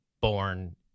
born